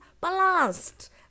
Balanced